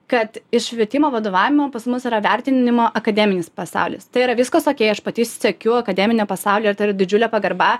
kad iš švietimo vadovavimo pas mus yra vertinimo akademinis pasaulis tai yra viskas okei aš pati sekiu akademinio pasaulio ir tai yra didžiulė pagarba